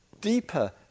deeper